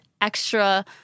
extra